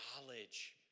knowledge